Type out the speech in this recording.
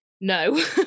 no